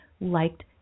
liked